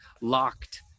locked